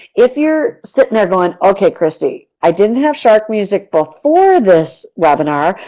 if you're sitting there going, ok kristie, i didn't have shark music before this webinar,